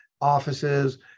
offices